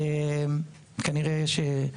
החשובים.